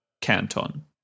Canton